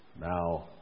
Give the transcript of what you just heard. Now